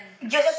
Yo